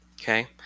okay